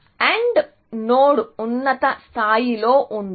AND node ఉన్నత స్థాయిలో ఉంది